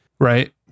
Right